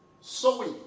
Sowing